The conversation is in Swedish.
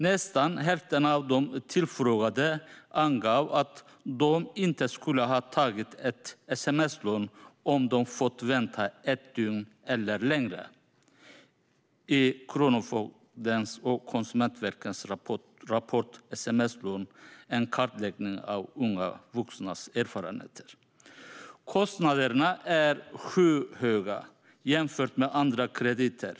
Nästan hälften av de tillfrågade angav att de inte skulle ha tagit ett sms-lån om de hade fått vänta ett dygn eller längre. Detta står att läsa i Kronofogdens och Konsumentverkets rapport SMS-låna - En kartläggning av unga vuxnas erfarenheter . Kostnaderna är skyhöga jämfört med andra krediter.